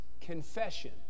confession